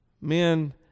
men